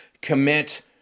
commit